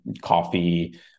coffee